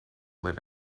live